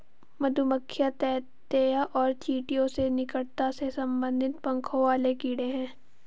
मधुमक्खियां ततैया और चींटियों से निकटता से संबंधित पंखों वाले कीड़े हैं